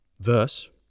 Verse